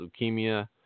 leukemia